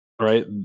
right